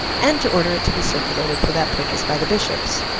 and to order it to be circulated for that purpose by the bishops.